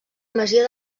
masia